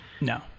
no